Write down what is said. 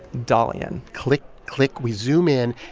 dalian click. click. we zoom in,